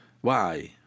Why